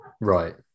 Right